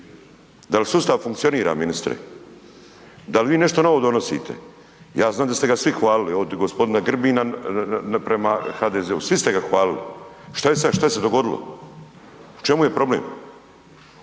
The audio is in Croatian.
Dal sustav funkcionira ministre? Dal vi nešto novo donosite? Ja znam da ste ga svi hvaliti, od g. Grbina prema HDZ-u, svi ste ga hvalili. Šta je sad? Šta se dogodilo? U čemu je problem?